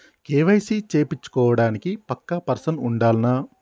KYC చేపిచ్చుకోవడానికి పక్కా person ఉండాల్నా?